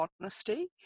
honesty